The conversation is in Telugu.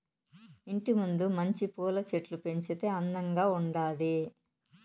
ఇంటి ముందు మంచి పూల చెట్లు పెంచితే అందంగా ఉండాది